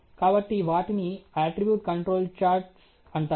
కాబట్టి వాటిని attribute control charts లక్షణ నియంత్రణ పటాలు అంటారు